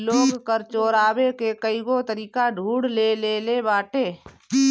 लोग कर चोरावे के कईगो तरीका ढूंढ ले लेले बाटे